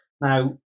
Now